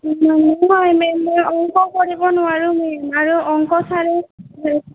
নহয় মেম মই অংক কৰিব নোৱাৰোঁ মেম আৰু অংক ছাৰে